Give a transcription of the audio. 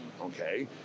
okay